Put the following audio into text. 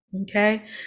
Okay